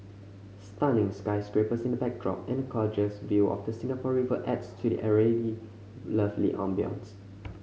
stunning sky scrapers in the backdrop and a gorgeous view of the Singapore River adds to the already lovely ambience